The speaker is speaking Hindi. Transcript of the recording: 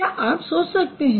क्या आप सोच सकते हैं